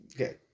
Okay